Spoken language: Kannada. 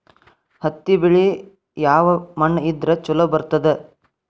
ಹತ್ತಿ ಬೆಳಿ ಯಾವ ಮಣ್ಣ ಇದ್ರ ಛಲೋ ಬರ್ತದ?